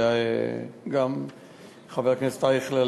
גם חבר הכנסת אייכלר,